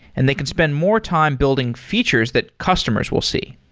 and they can spend more time building features that customers will see.